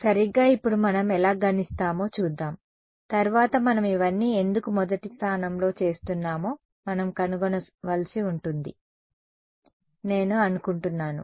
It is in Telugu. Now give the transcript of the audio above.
సరిగ్గా ఇప్పుడు మనం ఎలా గణిస్తామో చూద్దాం తరువాత మనం ఇవన్నీ ఎందుకు మొదటి స్థానంలో చేస్తున్నామో మనం కనుగొనవలసి ఉందని నేను అనుకుంటున్నాను